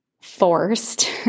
forced